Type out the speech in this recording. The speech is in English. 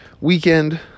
weekend